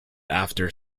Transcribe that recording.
after